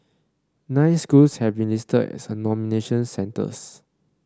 nine schools have been listed as nomination centres